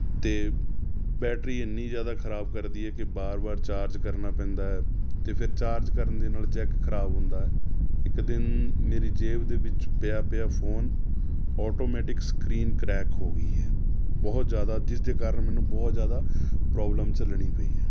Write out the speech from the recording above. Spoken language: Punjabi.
ਅਤੇ ਬੈਟਰੀ ਐਨੀ ਜ਼ਿਆਦਾ ਖਰਾਬ ਕਰਦੀ ਹੈ ਕਿ ਵਾਰ ਵਾਰ ਚਾਰਜ ਕਰਨਾ ਪੈਂਦਾ ਹੈ ਅਤੇ ਫਿਰ ਚਾਰਜ ਕਰਨ ਦੇ ਨਾਲ ਜੈੱਕ ਖਰਾਬ ਹੁੰਦਾ ਹੈ ਇੱਕ ਦਿਨ ਮੇਰੀ ਜੇਬ ਦੇ ਵਿੱਚ ਪਿਆ ਪਿਆ ਫ਼ੋਨ ਆਟੋਮੈਟਿਕ ਸਕਰੀਨ ਕਰੈਕ ਹੋ ਗਈ ਹੈ ਬਹੁਤ ਜ਼ਿਆਦਾ ਜਿਸਦੇ ਕਾਰਨ ਮੈਨੂੰ ਬਹੁਤ ਜ਼ਿਆਦਾ ਪ੍ਰੋਬਲਮ ਝੱਲਣੀ ਪਈ ਹੈ